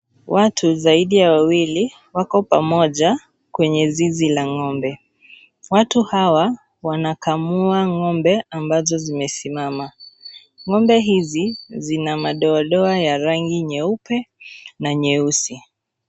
Watu zaidi ya wawili wako pamoja kwenye zizi la ng'ombe. Watu hawa wanakamua ng'ombe ambazo zimesimama. Ngombe hizi zina madoadoa ya rangi nyeusi.